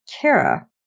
Kara